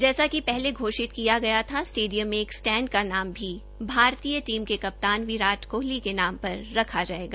जैसा कि पहले घोषित किया गया था स्टेडियम मे एक स्टैड का नाम भी भारतीय टीम के कप्तान विराट कोहली के नाम पर रखा जायेगा